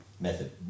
method